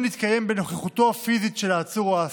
יתקיים בנוכחותו הפיזית של העצור או האסיר.